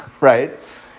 right